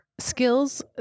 skills